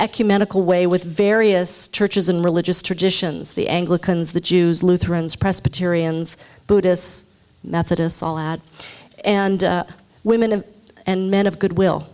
ecumenical way with various churches and religious traditions the anglicans the jews lutherans presbyterians buddhists methodists all that and women and men of good will